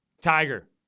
Tiger